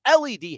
LED